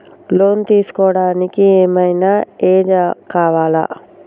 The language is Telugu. లోన్ తీస్కోవడానికి ఏం ఐనా ఏజ్ కావాలా?